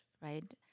right